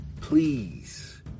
please